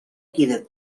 quedó